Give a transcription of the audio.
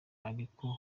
ariko